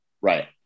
Right